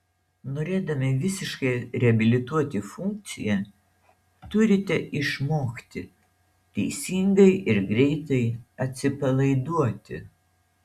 norėdami visiškai reabilituoti funkciją turite išmokti teisingai ir greitai atsipalaiduoti